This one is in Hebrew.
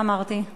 מה אמרתי?